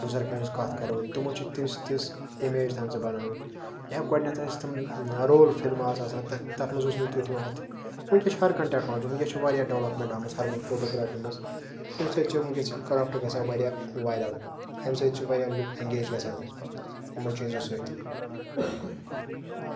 بُزرگَن ہنز کَتھ کرو تِمَو چھِ تِژھ تِژھ اِمیج تَتھ منٛز یا گۄڈٕنیتھ ٲسۍ تِم رول فِلمہٕ آسہٕ آسان تَتھ منٛز اوس نہٕ تیُتھ یِوان اَتھِ وٕنکیٚس چھِ ہَر کانہہ ٹٮ۪کنولجی وٕنکیٚس چھِ واریاہ دٮ۪ولَپمینٹ آمٔژٕ ہَر کُنہِ فوٹوگرافی منٛز تَمہِ سۭتۍ چھُ وٕنکیٚس یہِ کورَپٹ گژھان واریاہ وایرَل اَمہِ سۭتۍ چھِ واریاہ لُکھ واریاہ اینگیج گژھان یِمَو چیٖزَو سۭتۍ